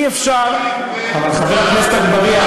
אם כל התנאים החברתיים יהיו כמו בנורבגיה,